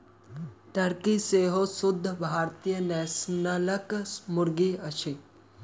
Turkey सेहो शुद्ध भारतीय नस्लक मुर्गी अछि